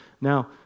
Now